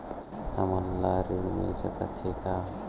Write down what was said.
हमन ला ऋण मिल सकत हे का?